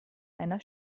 einer